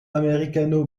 américano